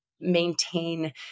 maintain